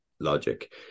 logic